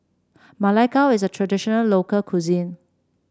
Ma Lai Gao is a traditional local cuisine